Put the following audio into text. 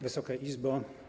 Wysoka Izbo!